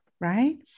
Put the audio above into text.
right